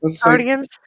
guardians